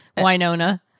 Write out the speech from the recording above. Winona